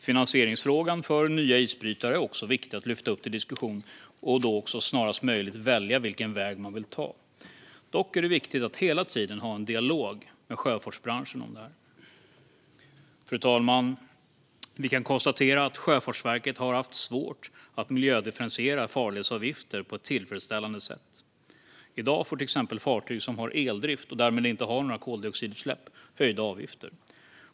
Finansieringsfrågan för nya isbrytare är också viktig att lyfta upp till diskussionen och då också snarast möjligt välja vilken väg man vill ta. Dock är det viktigt att hela tiden ha dialog med sjöfartsbranschen om detta. Fru talman! Vi kan konstatera att Sjöfartsverket har haft svårt att miljödifferentiera farledsavgifter på ett tillfredsställande sätt. I dag får till exempel fartyg som har eldrift, och därmed inte har några koldioxidutsläpp, höjda avgifter.